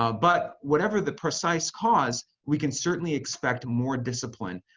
um but whatever the precise cause, we can certainly expect more discipline,